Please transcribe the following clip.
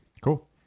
Cool